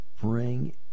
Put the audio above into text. bring